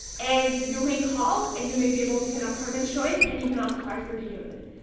and, you may call, and you may be able to get an apartment showing, and even apply for the unit.